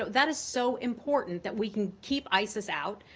that is so important that we can keep isis out,